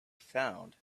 found